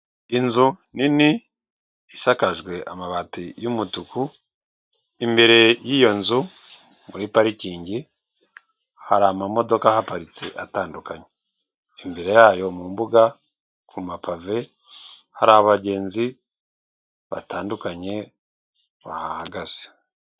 Inzu nini isakajwe amabati y'umutuku, imbere y'iyo nzu muri parikingi hari amamodoka ahaparitse atandukanye, imbere yayo mu mbuga ku mapave hari abagenzi batandukanye bahahagaze.